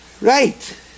Right